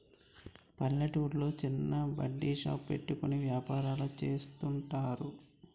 పల్లెటూర్లో చిన్న బడ్డీ షాప్ పెట్టుకుని వ్యాపారాలు చేస్తుంటారు